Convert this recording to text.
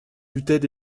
luttaient